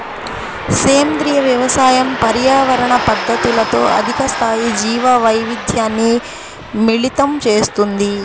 సేంద్రీయ వ్యవసాయం పర్యావరణ పద్ధతులతో అధిక స్థాయి జీవవైవిధ్యాన్ని మిళితం చేస్తుంది